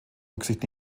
rücksicht